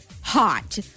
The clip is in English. hot